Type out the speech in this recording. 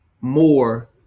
more